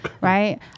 right